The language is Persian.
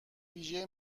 ویژه